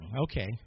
Okay